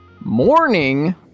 morning